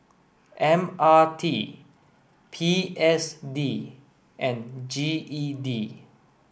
M R T P S D and G E D